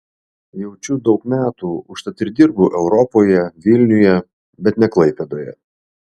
jaučiu daug metų užtat ir dirbu europoje vilniuje bet ne klaipėdoje